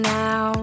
now